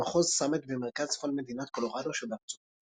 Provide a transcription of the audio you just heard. במחוז סאמט במרכז-צפון מדינת קולורדו שבארצות הברית.